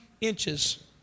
inches